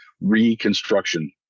reconstruction